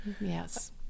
yes